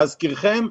להזכירכם,